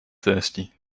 thirsty